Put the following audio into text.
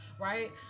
right